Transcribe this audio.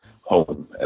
home